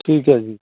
ਠੀਕ ਹੈ ਜੀ